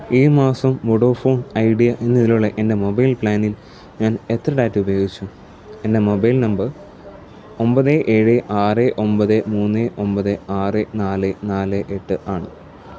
ഈ മാസം Vodafone Idea എന്നതിലുള്ള എൻ്റെ മൊബൈൽ പ്ലാനിൽ ഞാൻ എത്ര ഡാറ്റ ഉപയോഗിച്ചു എൻ്റെ മൊബൈൽ നമ്പർ ഒമ്പത് ഏഴ് ആറ് ഒമ്പത് മൂന്ന് ഒന്പത് ആറ് നാല് നാല് എട്ട് ആണ്